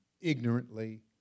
ignorantly